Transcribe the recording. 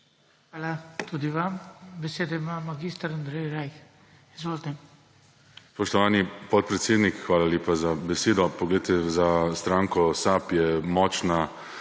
Hvala tudi vam. Besedo ima mag. Andrej Rajh. **MAG.